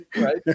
Right